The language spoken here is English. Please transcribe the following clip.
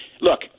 Look